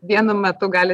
vienu metu gali